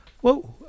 whoa